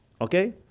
Okay